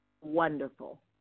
wonderful